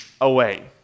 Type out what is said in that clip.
away